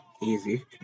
Easy